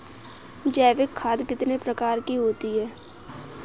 जैविक खाद कितने प्रकार की होती हैं?